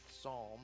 psalm